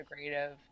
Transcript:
integrative